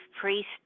priest